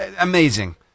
amazing